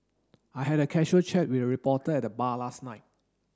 I had a casual chat with a reporter at the bar last night